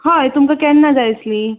हय तुमकां केन्ना जाय आसली